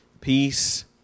peace